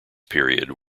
period